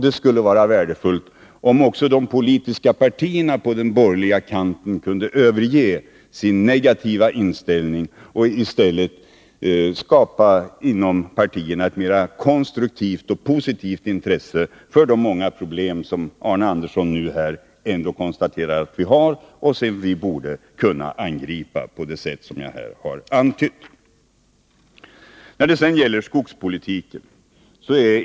Det skulle vara värdefullt om också de politiska partierna på den borgerliga kanten kunde överge sin negativa inställning och i stället inom partierna skapade ett mer konstruktivt och positivt intresse för de många problem som Arne Andersson konstaterade att vi har och som vi borde kunna angripa på det sätt som jag här har antytt.